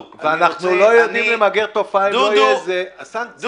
אנחנו לא יודעים למגר תופעה אם לא תהיה סנקציה רצינית.